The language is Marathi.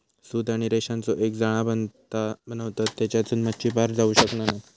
सूत आणि रेशांचो एक जाळा बनवतत तेच्यासून मच्छी पार जाऊ शकना नाय